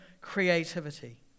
creativity